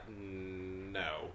no